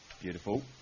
Beautiful